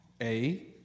A-